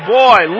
boy